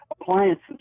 appliances